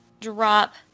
drop